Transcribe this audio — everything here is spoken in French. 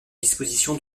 dispositions